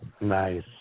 Nice